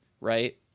Right